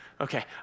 Okay